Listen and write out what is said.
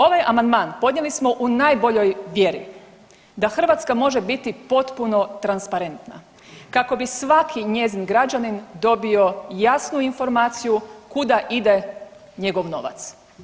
Ovaj amandman podnijeli smo u najboljoj vjeri da Hrvatska može biti potpuno transparentna kako bi svaki njezin građanin dobio jasnu informaciju kuda ide njegov novac.